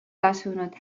tasunud